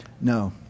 No